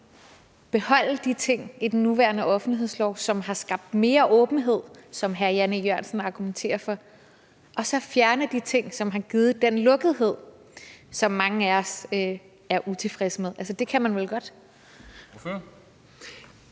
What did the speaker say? beholde de ting i den nuværende offentlighedslov, som har skabt mere åbenhed, som hr. Jan E. Jørgensen argumenterer for, og så fjerne de ting, som har givet den lukkethed, som mange af os er utilfredse med. Det kan man vel godt. Kl.